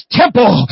temple